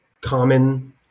Common